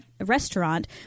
restaurant